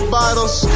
bottles